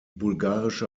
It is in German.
bulgarische